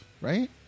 right